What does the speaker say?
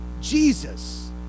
Jesus